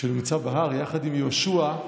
כשהוא נמצא בהר יחד עם יהושע,